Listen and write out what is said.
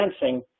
dancing